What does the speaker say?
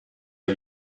are